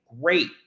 great